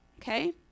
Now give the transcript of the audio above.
okay